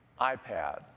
iPad